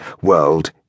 world